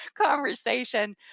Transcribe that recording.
conversation